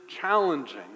challenging